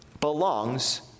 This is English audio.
belongs